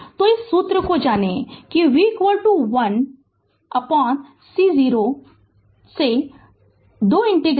Refer Slide Time 2203 तो इस सूत्र को जान लें कि v 1c 0 to 2 ∫ से idt v 0